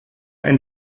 ein